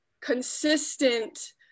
consistent